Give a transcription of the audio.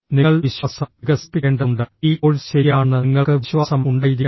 നിങ്ങൾ വിശ്വാസം വികസിപ്പിക്കേണ്ടതുണ്ട് ഈ കോഴ്സ് ശരിയാണെന്ന് നിങ്ങൾക്ക് വിശ്വാസം ഉണ്ടായിരിക്കണം